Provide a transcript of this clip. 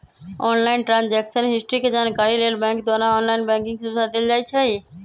online transaction history के जानकारी लेल बैंक द्वारा ऑनलाइन बैंकिंग सुविधा देल जाइ छइ